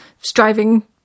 striving